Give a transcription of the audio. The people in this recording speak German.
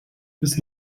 bis